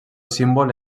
símbol